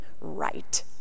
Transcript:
right